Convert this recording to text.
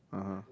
(uh huh)